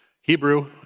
Hebrew